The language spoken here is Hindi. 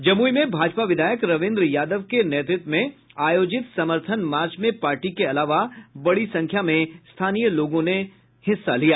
जमुई में भाजपा विधायक रविन्द्र यादव के नेतृत्व में आयोजित समर्थन मार्च में पार्टी के अलावा बड़ी संख्या में स्थानीय लोग शामिल हुए